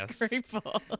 grateful